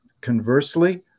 Conversely